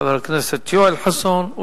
חבר הכנסת יואל חסון,